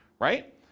Right